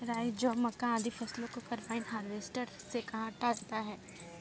राई, जौ, मक्का, आदि फसलों को कम्बाइन हार्वेसटर से काटा जाता है